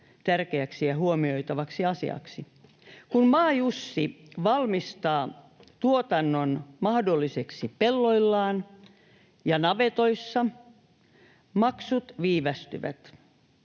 tärkeäksi ja huomioitavaksi asiaksi. Kun maajussi valmistaa tuotannon mahdolliseksi pelloillaan ja navetoissa, maksut viivästyvät.